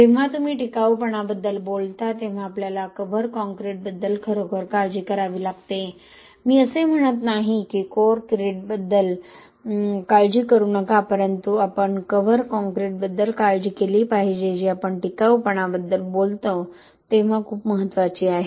जेव्हा तुम्ही टिकाऊपणाबद्दल बोलता तेव्हा आपल्याला कव्हर कॉंक्रिटबद्दल खरोखर काळजी करावी लागते मी असे म्हणत नाही की कोर क्रीटबद्दल काळजी करू नका परंतु आपण कव्हर कॉंक्रिटबद्दल काळजी केली पाहिजे जी आपण टिकाऊपणाबद्दल बोलता तेव्हा खूप महत्वाचे आहे